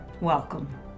Welcome